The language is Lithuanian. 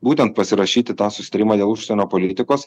būtent pasirašyti tą susitarimą dėl užsienio politikos